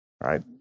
right